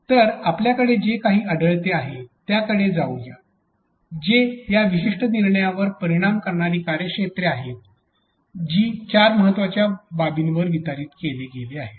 तर आपल्याला जे काही आढळले आहे त्याकडे जाऊया जे या विशिष्ट निर्णयावर परिणाम करणारी कार्यक्षत्रे आहेत जी चार महत्त्वाच्या बाबींवर वितरित केले गेले आहेत